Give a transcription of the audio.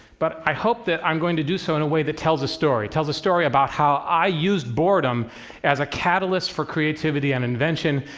but i hope that i'm going to do so in a way that tells a story, tells a story about how i used boredom as a catalyst for creativity and invention,